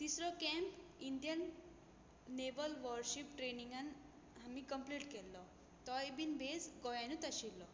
तिसरो camp Indian naval warship ट्रेनिंगान आमी कंप्लीट केल्लो तोय बीन बेज गोंयानूत आशिल्लो